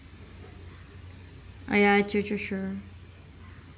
oh ya true true true